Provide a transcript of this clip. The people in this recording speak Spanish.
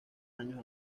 años